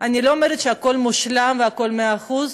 אני לא אומרת שהכול מושלם והכול מאה אחוז.